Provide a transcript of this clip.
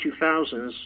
2000s